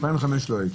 ב-2005 לא הייתי.